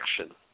action